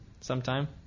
sometime